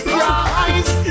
rise